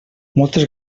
moltes